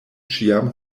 ĉiam